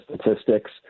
statistics